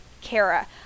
Kara